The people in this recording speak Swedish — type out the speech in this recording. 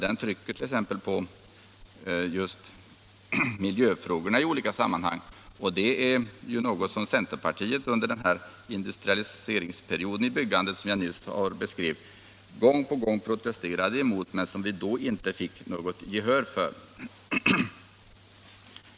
Den trycker t.ex. på just miljöfrågorna, och det är något som centerpartiet under den industrialiseringsperiod i bostadsbyggandet som jag nyss beskrev gång på gång protesterade mot men inte fick gehör för.